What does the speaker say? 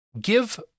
give